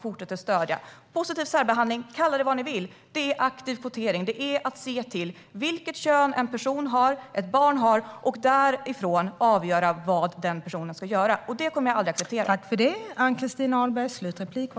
Kalla det positiv särbehandling eller vad ni vill, men det är aktiv kvotering. Det handlar om att se till vilket kön en vuxen eller ett barn har och utifrån det avgöra vad han eller hon ska göra. Det kommer jag aldrig att acceptera.